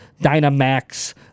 Dynamax